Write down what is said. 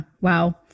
wow